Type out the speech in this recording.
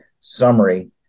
summary